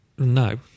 No